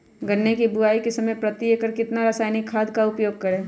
गन्ने की बुवाई के समय प्रति एकड़ कितना रासायनिक खाद का उपयोग करें?